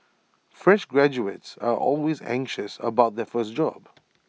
fresh graduates are always anxious about their first job